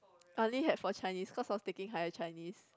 I only had for Chinese cause I was taking higher Chinese